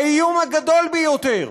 האיום הגדול ביותר